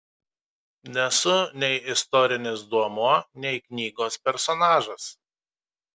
nesu nei istorinis duomuo nei knygos personažas